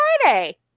Friday